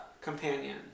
companion